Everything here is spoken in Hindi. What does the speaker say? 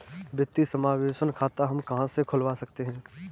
वित्तीय समावेशन खाता हम कहां से खुलवा सकते हैं?